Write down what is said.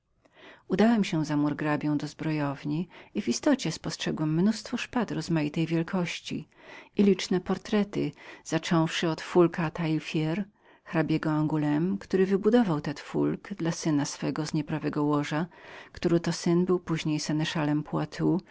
udałem się za murgrabią do zbrojowni i w istocie spostrzegłem mnóstwo szpad rozmaitej wielkości równie jak i portrety zacząwszy od foulqua taille fer hrabiego angulemu który wybudował tte foulque dla syna swego z nieprawego łoża który to syn był później seneszalem